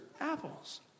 Apples